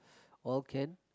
all can